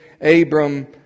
Abram